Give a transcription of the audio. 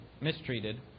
mistreated